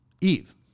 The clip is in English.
Eve